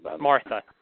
Martha